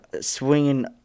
swinging